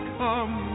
come